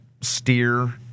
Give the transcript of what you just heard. steer